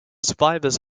survivors